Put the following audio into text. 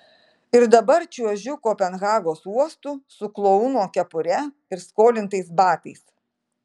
ir dabar čiuožiu kopenhagos uostu su klouno kepure ir skolintais batais